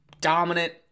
dominant